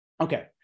Okay